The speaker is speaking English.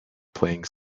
playing